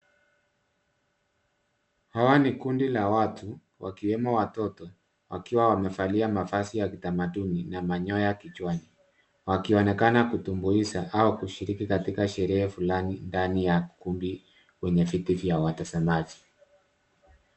Hawa ni kundi la watu wakiwemo watoto wakiwa wamevalia mavazi ya kitamaduni na manyoya kichwani, wakionekana kutumbuiza au kushiriki katika shughuli fulani humu ndani ya ukumbi kwenye viti vya watazamaji.